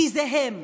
כי זה הם,